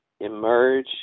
emerge